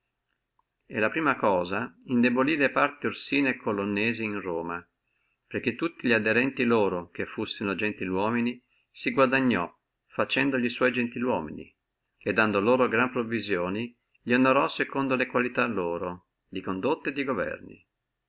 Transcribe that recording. e la prima cosa indebolí le parti orsine e colonnese in roma perché tutti li aderenti loro che fussino gentili uomini se li guadagnò facendoli sua gentili uomini e dando loro grandi provisioni et onorolli secondo le loro qualità di condotte e di governi